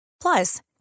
Plus